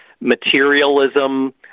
materialism